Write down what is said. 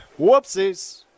Whoopsies